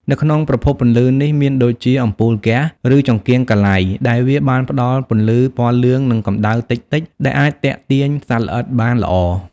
នៅក្នុងប្រភពពន្លឺនេះ មានដូចជា អំពូលហ្គាស ឬចង្កៀងកាឡៃ ដែលវាបានផ្តល់ពន្លឺពណ៌លឿង និងកំដៅតិចៗ ដែលអាចទាក់ទាញសត្វល្អិតបានល្អ។